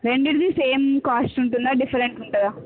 రెండింటిదీ same cost ఉంటుందా different ఉంటుందా